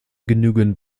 genügend